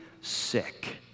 sick